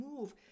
move